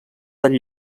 del